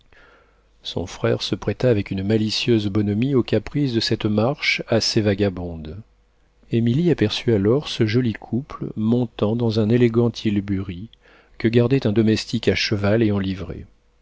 son frère se prêta avec une malicieuse bonhomie aux caprices de cette marche assez vagabonde émilie aperçut alors ce joli couple montant dans un élégant tilbury que gardait un domestique à cheval et en livrée